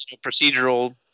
Procedural